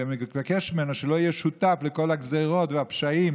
ומבקש ממנו שלא יהיה שותף לכל הגזרות ולכל הפשעים